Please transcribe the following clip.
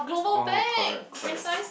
oh okay okay